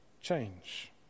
change